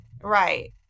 Right